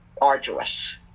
arduous